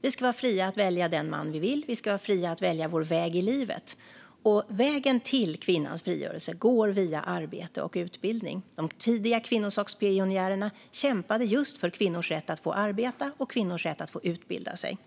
Vi ska vara fria att välja den man vi vill, och vi ska vara fria att välja vår väg i livet. Vägen till kvinnans frigörelse går via arbete och utbildning. De tidiga kvinnosakspionjärerna kämpade just för kvinnors rätt att få arbeta och att få utbilda sig.